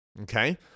okay